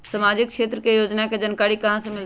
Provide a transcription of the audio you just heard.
सामाजिक क्षेत्र के योजना के जानकारी कहाँ से मिलतै?